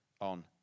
on